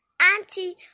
Auntie